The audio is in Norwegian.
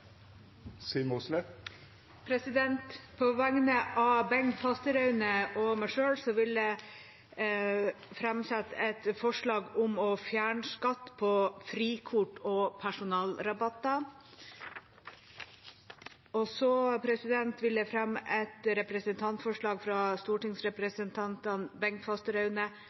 På vegne av Bengt Fasteraune og meg selv vil jeg framsette et forslag om å fjerne skatt på frikort og personalrabatter. Så vil jeg fremme et representantforslag fra stortingsrepresentantene